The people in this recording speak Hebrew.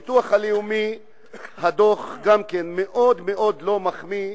גם הדוח על הביטוח הלאומי מאוד מאוד לא מחמיא,